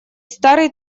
старый